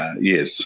Yes